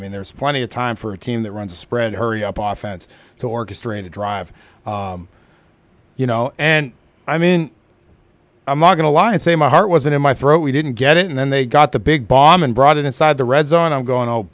mean there's plenty of time for a team that runs a spread hurry up offense to orchestrate a drive you know and i mean i'm not going to lie and say my heart wasn't in my throat we didn't get it and then they got the big bomb and brought it inside the redzone i'm going oh